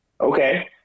Okay